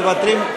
מוותרים.